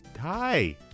Hi